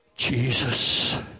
Jesus